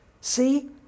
See